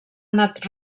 anat